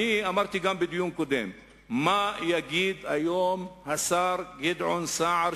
גם בדיון הקודם אמרתי: מה יגיד היום השר גדעון סער,